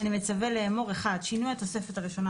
(הוראת שעה)(שינוי התוספת הראשונה